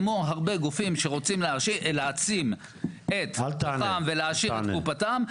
כמו הרבה גופים שרוצים להעצים את עצמם ולהעשיר את קופתם.